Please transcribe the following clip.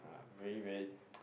very very